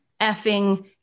effing